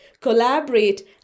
collaborate